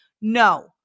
No